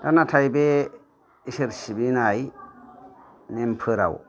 नाथाय बे इसोर सिबिनाय नेमफोराव